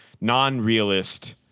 non-realist